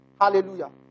Hallelujah